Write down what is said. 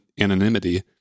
anonymity